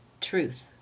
Truth